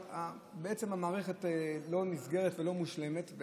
אבל בעצם המערכת לא נסגרת ולא מושלמת,